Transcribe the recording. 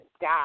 die